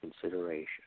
consideration